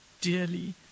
dearly